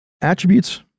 Attributes